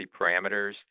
parameters